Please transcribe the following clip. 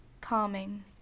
calming